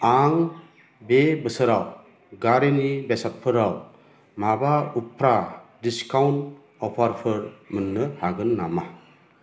आं बे बोसोराव गारिनि बेसादफोराव माबा उफ्रा डिसकाउन्ट अफारफोर मोन्नो हागोन नामा